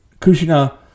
Kushina